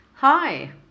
Hi